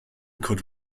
could